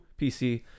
PC